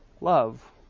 love